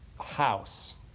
house